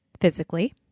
physically